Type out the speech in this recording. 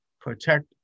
protect